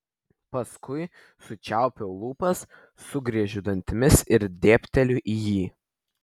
paskui sučiaupiu lūpas sugriežiu dantimis ir dėbteliu į jį